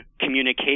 communication